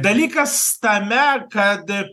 dalykas tame kad